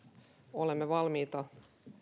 olemme valmiita